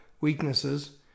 weaknesses